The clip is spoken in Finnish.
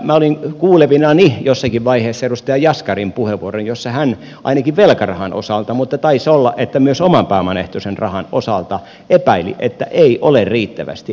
minä olin kuulevinani jossakin vaiheessa edustaja jaskarin puheenvuoron jossa hän ainakin velkarahan osalta mutta taisi olla että myös oman pääoman ehtoisen rahan osalta epäili että ei ole riittävästi